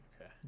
okay